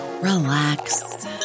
relax